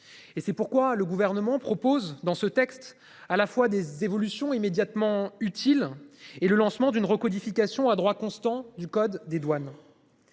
Et c'est pourquoi le gouvernement propose dans ce texte à la fois des évolutions immédiatement utile et le lancement d'une recodification à droit constant du code des douanes.